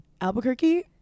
Albuquerque